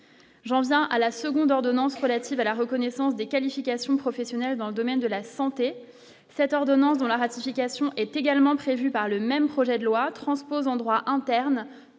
j'en viens à la seconde ordonnance relative à la reconnaissance des qualifications professionnelles dans le domaine de la santé cette ordonnance dont la ratification est également prévue par le même projet de loi transposant droit interne